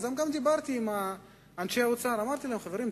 דיברתי גם עם אנשי האוצר ואמרתי להם: חברים,